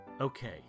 Okay